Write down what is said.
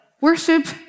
worship